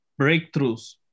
breakthroughs